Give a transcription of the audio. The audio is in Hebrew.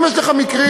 אם יש לך מקרים,